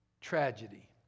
Tragedy